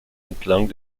entlang